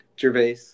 Gervais